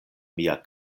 mia